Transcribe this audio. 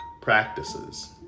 practices